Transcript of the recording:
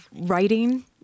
writing